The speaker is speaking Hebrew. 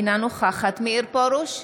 אינה נוכחת מאיר פרוש,